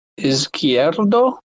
Izquierdo